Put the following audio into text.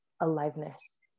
aliveness